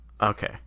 Okay